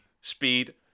speed